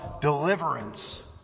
deliverance